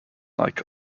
like